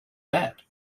bad